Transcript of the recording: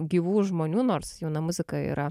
gyvų žmonių nors jauna muzika yra